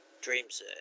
dreams